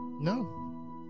no